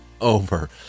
over